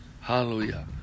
Hallelujah